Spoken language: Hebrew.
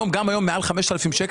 גם היום מעל 5,000 שקלים,